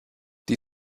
die